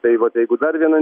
tai vat jeigu dar viena